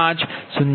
5 0